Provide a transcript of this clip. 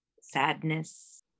sadness